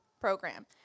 program